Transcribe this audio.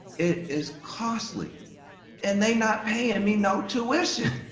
it is costly and they not paying me no tuition.